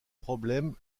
problèmes